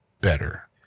better